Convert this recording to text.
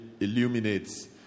illuminates